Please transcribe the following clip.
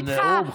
זה נאום,